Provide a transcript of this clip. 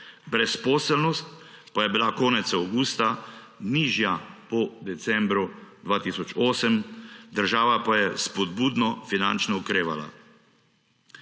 brezposelnost pa je bila konec avgusta nižja po decembru 2008, država pa je spodbudno finančno okrevala.